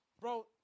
bro